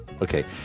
Okay